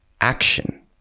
action